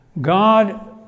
God